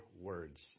words